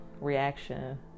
reaction